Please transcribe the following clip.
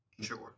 Sure